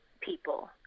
people